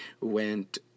went